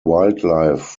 wildlife